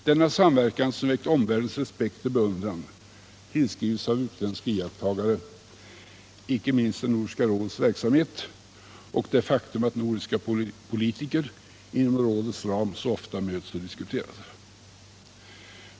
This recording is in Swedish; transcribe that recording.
Denna samverkan som väckt omvärldens respekt och beundran tillskrivs av utländska iakttagare icke minst Nordiska rådets verksamhet och det faktum att nordiska politiker inom rådets ram så ofta möts och diskuterar.